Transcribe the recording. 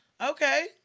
okay